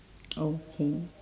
okay